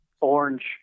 orange